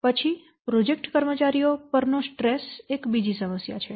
પછી પ્રોજેક્ટ કર્મચારીઓ પરનો સ્ટ્રેસ એક બીજી સમસ્યા છે